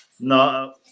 No